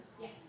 Yes